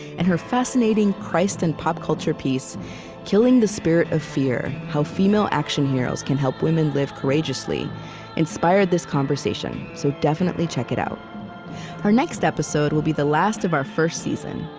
and her fascinating christ and pop culture piece killing the spirit of fear how female action heroes can help women live courageously inspired this conversation, so definitely check it out our next episode will be the last of our first season.